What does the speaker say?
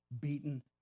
beaten